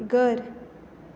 घर